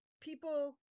people